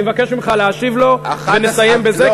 אני מבקש ממך להשיב לו ונסיים בזה,